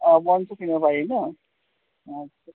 অঁ বণ্ডো কিনিব পাৰি ন আচ্ছা